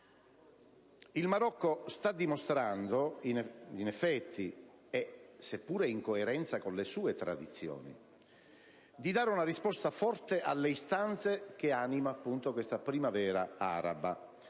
Il Marocco sta dimostrando, in effetti, seppur in coerenza con le sue tradizioni, di dare una risposta forte alle istanze che animano questa "primavera araba",